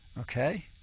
okay